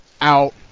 out